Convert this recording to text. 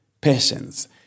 patience